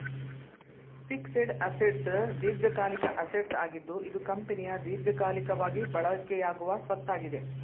fixed assets ದೀರ್ಘಕಾಲಿಕ assets ಆಗಿದ್ದು ಇದು ಕಂಪನಿಯ ದೀರ್ಘಕಾಲಿಕವಾಗಿ ಬಳಕೆಯಾಗುವ ಸ್ವತ್ತಾಗಿದೆ